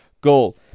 goal